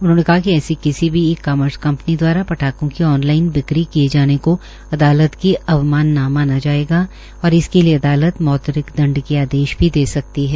उन्होंने कहा कि ऐसी किसी भी ई कॉमर्स कंपनी द्वारा पटाखों की ऑनलाइन बिक्री किए जाने को अदालत की अवमानना माना जाएगा और इस के लिए अदालत मौद्रिक दंड के आदेश भी दे सकती है